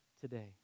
today